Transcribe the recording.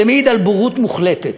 זה מעיד על בורות מוחלטת.